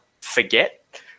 forget